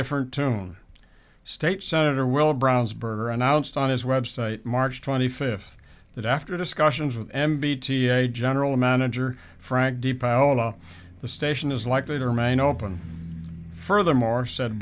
different tune state senator will brown's burger announced on his website march twenty fifth that after discussions with m b t a general manager frank di paola the station is likely to remain open furthermore s